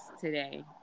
today